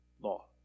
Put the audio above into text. law